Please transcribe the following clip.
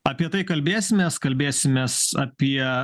apie tai kalbėsimės kalbėsimės apie